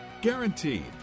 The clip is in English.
Guaranteed